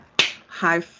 high